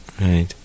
Right